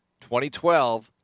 2012